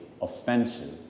offensive